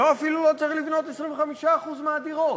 אפילו לא צריך לבנות 25% מהדירות,